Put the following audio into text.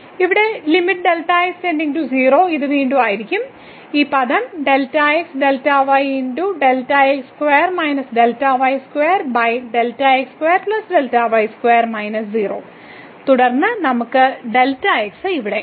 ഇവിടെ ഇത് വീണ്ടും ആയിരിക്കും ഈ പദം തുടർന്ന് നമുക്ക് Δx ഇവിടെ